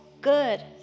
good